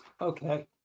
Okay